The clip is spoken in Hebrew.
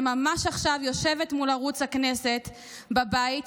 שממש עכשיו יושבת מול ערוץ הכנסת בבית,